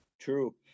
true